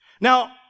Now